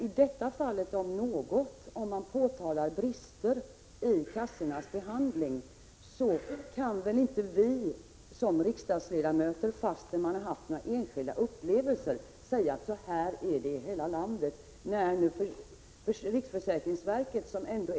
I detta fall, om något, kan vi som riksdagsledamöter inte på grundval av enskilda upplevelser påtala brister i kassornas handläggning och säga att bristerna finns över hela landet.